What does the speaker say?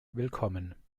willkommen